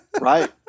right